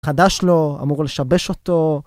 חדש לו, אמור לשבש אותו.